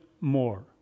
more